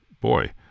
boy